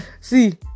see